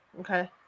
Okay